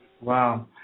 Wow